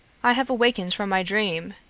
i have awakened from my dream.